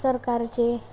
सरकारचे